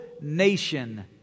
nation